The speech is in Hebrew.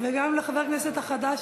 גם לחבר הכנסת החדש,